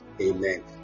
amen